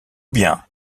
bien